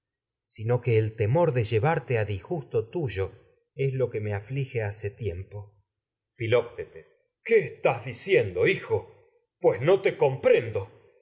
sino que el me de llevarte disgusto tuyo es lo que aflige hace tiempo estás filoctetes qué no diciendo oh hijo pues te comprendo